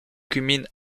culmine